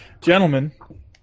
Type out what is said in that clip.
gentlemen